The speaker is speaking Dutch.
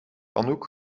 anouk